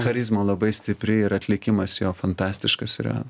charizma labai stipri ir atlikimas jo fantastiškas yra